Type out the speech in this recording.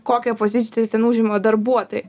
kokią poziciją ten užima darbuotojai